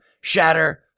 shatter